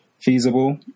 feasible